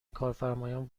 کارفرمایان